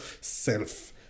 self